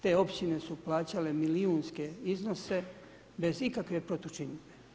Te općine su plaćale milijunske iznose bez ikakve protučinidbe.